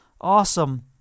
awesome